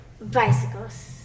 Bicycles